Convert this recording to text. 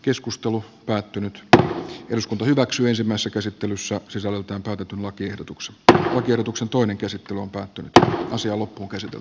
keskustelu sisällöstä päätettiin ensimmäisessä käsittelyssä sisällöltään täytetyn lakiehdotuksen tiedotuksen toinen käsittely on päättynyt ja asia loppukesän